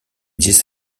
this